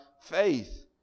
faith